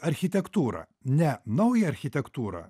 architektūrą ne naują architektūrą